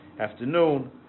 afternoon